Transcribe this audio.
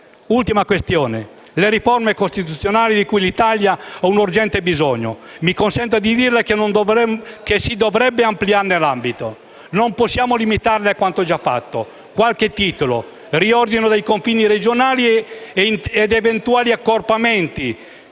L'ultima questione riguarda le riforme costituzionali, di cui l'Italia ha un urgente bisogno. Mi consenta di dirle che si dovrebbe ampliarne l'ambito: non possiamo limitarle a quanto già fatto, e cito qualche titolo: riordino dei confini regionali ed eventuali accorpamenti;